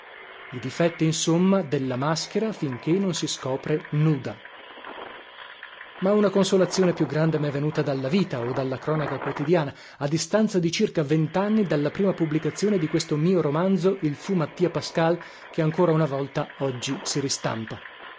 i difetti insomma della maschera finché non si scopre nuda ma una consolazione più grande mè venuta dalla vita o dalla cronaca quotidiana a distanza di circa ventanni dalla prima pubblicazione di questo mio romanzo il fu mattia pascal che ancora una volta oggi si ristampa